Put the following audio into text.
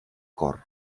cor